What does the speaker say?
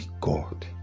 god